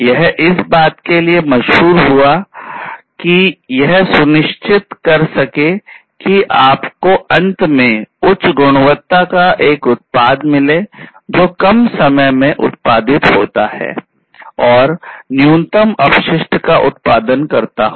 यह इस बात के लिए बहुत मशहूर हुआ की यह सुनिश्चित कर सके कि आप को अंत में उच्च गुणवत्ता का एक उत्पाद मिले जो कम समय में उत्पादित होता है और न्यूनतम अपशिष्ट का उत्पादन करता हो